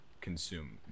consume